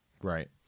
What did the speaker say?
Right